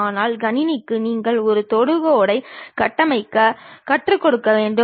அதில் ஒன்று செங்குத்து தளம் மற்றொன்று கிடைமட்ட தளம்